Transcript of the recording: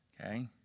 okay